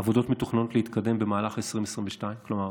העבודות מתוכננות להתקדם במהלך 2022, כלומר